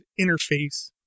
interface